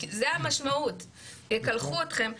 לקלח אתכם,